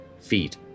feet